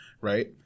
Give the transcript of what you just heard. right